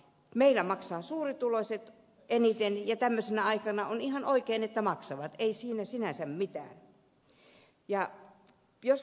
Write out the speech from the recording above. meillä maksavat suurituloiset eniten ja tämmöisenä aikana on ihan oikein että maksavat ei siinä sinänsä mitään